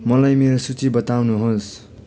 मलाई मेरो सूची बताउनुहोस्